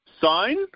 sign